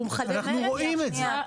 אנחנו רואים את זה.